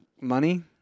Money